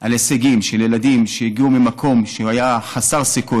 על הישגים של ילדים שהגיעו ממקום שהיה חסר סיכוי,